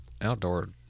outdoor